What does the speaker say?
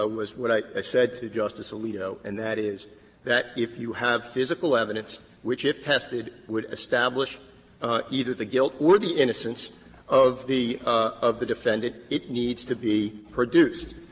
ah what i said to justice alito, and that is that if you have physical evidence which if tested would establish either the guilt or the innocence of the of the defendant, it needs to be produced.